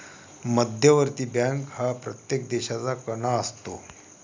मध्यवर्ती बँक हा प्रत्येक देशाचा कणा असतो